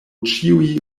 ĉiuj